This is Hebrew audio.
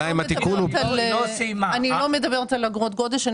אני לא מדברת על אגרות גודש.